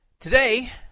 Today